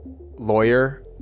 lawyer